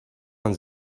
man